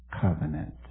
covenant